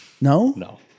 No